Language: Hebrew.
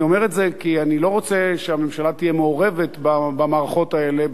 אני אומר את זה כי אני לא רוצה שהממשלה תהיה מעורבת במערכות האלה,